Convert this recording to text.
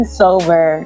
sober